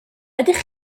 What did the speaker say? ydych